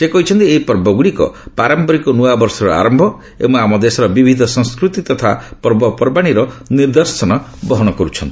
ସେ କହିଛନ୍ତି ଏହି ପର୍ବଗୁଡ଼ିକ ପାରମ୍ପରିକ ନୂଆବର୍ଷର ଆରମ୍ଭ ଏବଂ ଆମ ଦେଶର ବିବିଧ ସଂସ୍କୃତି ତଥା ପର୍ବପର୍ବାଣୀର ନିଦର୍ଶନ ବହନ କରୁଛନ୍ତି